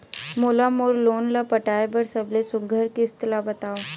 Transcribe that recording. मोला मोर लोन ला पटाए बर सबले सुघ्घर किस्त ला बताव?